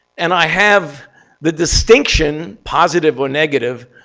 and i have the distinction, positive or negative,